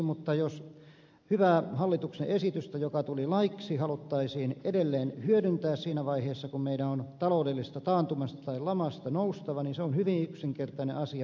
mutta jos hyvää hallituksen esitystä joka tuli laiksi haluttaisiin edelleen hyödyntää siinä vaiheessa kun meidän on taloudellisesta taantumasta tai lamasta noustava on se hyvin yksinkertainen asia